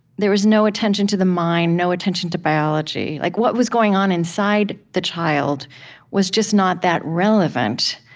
there was no attention to the mind, no attention to biology. like what was going on inside the child was just not that relevant.